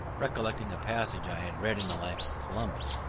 recollecting a passage i had read in the life of columbus,